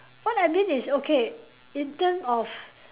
what I mean is okay in terms of